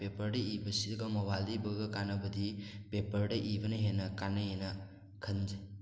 ꯄꯦꯄꯔꯗ ꯏꯕꯁꯤꯒ ꯃꯣꯕꯥꯏꯜꯗ ꯏꯕꯒ ꯀꯥꯟꯅꯕꯗꯤ ꯄꯦꯄꯔꯗ ꯏꯕꯅ ꯍꯦꯟꯅ ꯀꯥꯟꯅꯩ ꯑꯥꯅ ꯈꯟꯖꯩ